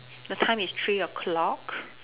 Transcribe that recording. the time is three o-clock